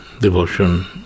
devotion